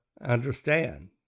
understand